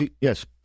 Yes